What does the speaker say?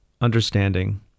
understanding